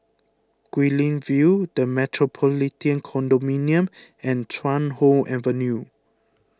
Guilin View the Metropolitan Condominium and Chuan Hoe Avenue